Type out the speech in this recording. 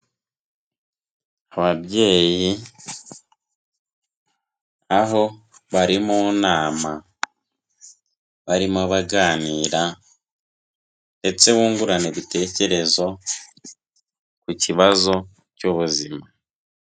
Ababyeyi aho bari mu nama barimo baganira ndetse bungurana ibitekerezo ku kibazo cy'ubuzima.